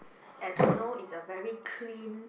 as you know is a very clean